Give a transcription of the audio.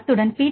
அத்துடன் பி